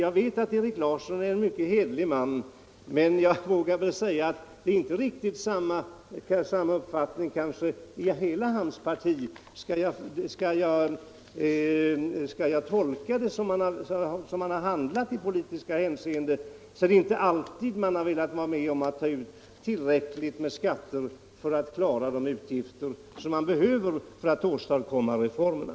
Nu vet jag att Erik Larsson är en mycket hederlig man, men jag kanske vågar säga att det inte råder samma uppfattning i hela hans parti, om jag skall tolka hur man där har handlat i olika politiska hänseenden. Det är minsann inte alltid man har velat vara med om att ta ut tillräckligt med skatter för att kunna klara de utgifter som behövs för att åstadkomma reformerna.